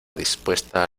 dispuesta